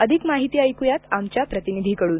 अधिक माहिती आमच्या प्रतिनिधीकडून